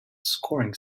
scoring